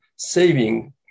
saving